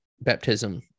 baptism